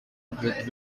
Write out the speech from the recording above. with